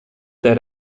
that